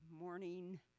morning